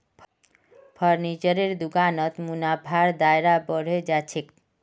फर्नीचरेर दुकानत मुनाफार दायरा बढ़े जा छेक